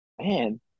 man